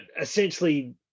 essentially